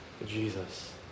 Jesus